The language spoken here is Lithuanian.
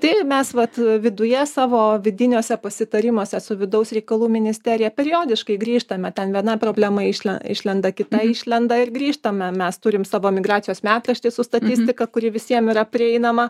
tai mes vat a viduje savo vidiniuose pasitarimuose su vidaus reikalų ministerija periodiškai grįžtame ten viena problema išle išlenda kita išlenda ir grįžtame mes turim savo migracijos metraštį su statistika kuri visiem yra prieinama